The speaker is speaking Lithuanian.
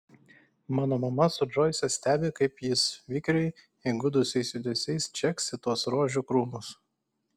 mano mama su džoise stebi kaip jis vikriai įgudusiais judesiais čeksi tuos rožių krūmus